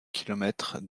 kilomètres